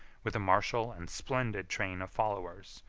with a martial and splendid train of followers,